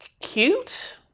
cute